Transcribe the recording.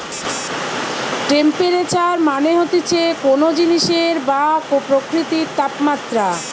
temperature মানে হতিছে কোন জিনিসের বা প্রকৃতির তাপমাত্রা